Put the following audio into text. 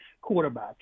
quarterback